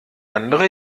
andere